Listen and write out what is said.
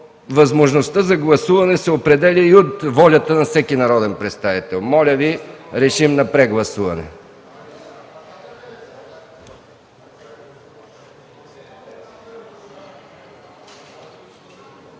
възможността за гласуване се определя и от волята на всеки народен представител. Моля, режим на прегласуване.